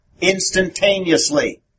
instantaneously